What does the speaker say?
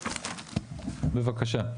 בבקשה.